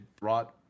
brought